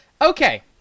okay